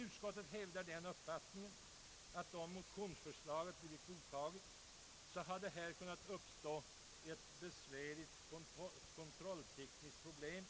Utskottet hävdar den uppfattningen att det, om motionsförslaget blivit anta get, hade kunnat uppstå besvärliga kontrolltekniska problem.